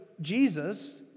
Jesus